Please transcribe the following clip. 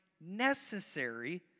necessary